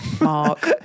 Mark